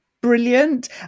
Brilliant